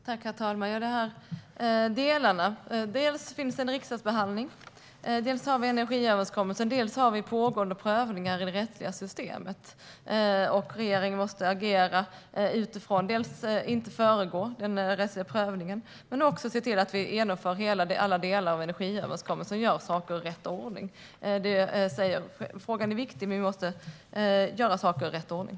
Herr talman! Dels finns det en riksdagsbehandling, dels har vi energiöverenskommelsen och dels har vi pågående prövningar i det rättsliga systemet. Regeringen måste agera på ett sådant sätt att vi inte föregriper den rättsliga prövningen. Men vi måste också se till att vi genomför alla delar av energiöverenskommelsen och gör saker i rätt ordning. Frågan är viktig, men vi måste göra saker i rätt ordning.